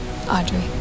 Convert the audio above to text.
Audrey